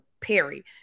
Perry